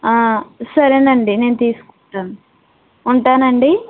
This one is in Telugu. సరేనండి నేను తీసుకుంటాను ఉంటానండి